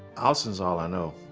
austin's all i know.